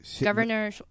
Governor